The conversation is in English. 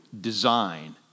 design